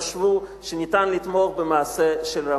חשבו שניתן לתמוך במעשה של רמון.